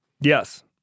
Yes